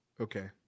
okay